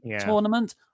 tournament